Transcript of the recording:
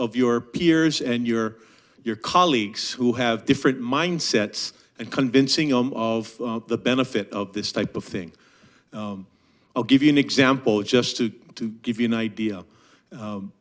of your peers and your your colleagues who have different mindsets and convincing them of the benefit of this type of thing i'll give you an example just to give you an idea